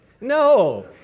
no